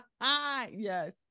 yes